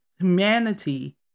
humanity